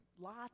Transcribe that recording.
lots